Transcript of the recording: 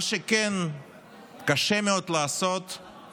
מה שכן קשה מאוד לעשות הוא